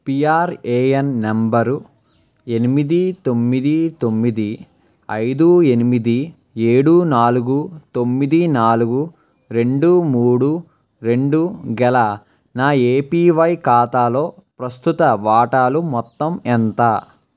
PRAN number ఎనిమిది తొమ్మిది తొమ్మిది ఐదు ఎనిమిది ఏడు నాలుగు తొమ్మిది నాలుగు రెండు మూడు రెండు గల నా ఏపివై ఖాతాలో ప్రస్థుత వాటాలు మొత్తం ఎంత